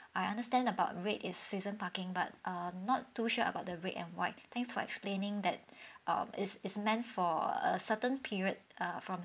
I understand about red is season parking but um not too sure about the red and white thanks for explaining that um is is meant for a certain period uh from